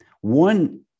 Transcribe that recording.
one